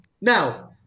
Now